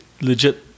legit